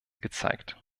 gezeigt